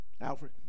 Alfred